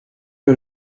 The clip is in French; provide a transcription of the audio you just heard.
que